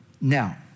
Now